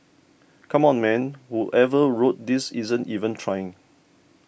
come on man whoever wrote this isn't even trying